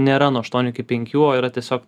nėra nuo aštuonių iki penkių o yra tiesiog